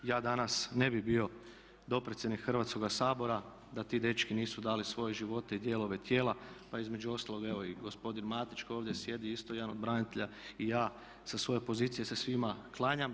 Ja danas ne bih bio dopredsjednik Hrvatskoga sabora da ti dečki nisu dali svoje živote i dijelove tijela pa između ostaloga evo i gospodin Matić koji ovdje sjedi isto jedan od branitelja i ja sa svoje pozicije se svima klanjam.